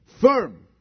firm